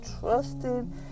trusting